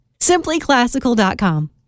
simplyclassical.com